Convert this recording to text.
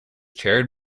chaired